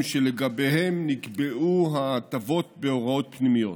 שלגביהם נקבעו ההטבות בהוראות פנימיות,